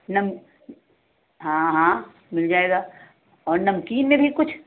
नम हाँ हाँ मिल जाएगा और नमकीन में भी कुछ